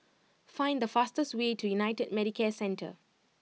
find the fastest way to United Medicare Centre